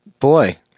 Boy